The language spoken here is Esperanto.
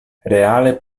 reale